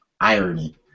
Irony